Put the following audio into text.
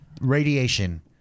Radiation